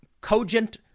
cogent